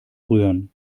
rühren